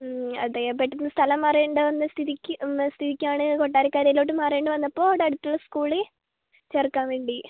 അ അതെ പെട്ടെന്ന് സ്ഥലം മാറേണ്ടി വന്ന സ്ഥിതിക്ക് ആണ് കൊട്ടാരക്കരയിലോട്ട് മാറേണ്ടി വന്നപ്പോൾ ഇവിടെ അടുത്തുള്ള സ്കൂളിൽ ചേർക്കാൻ വേണ്ടി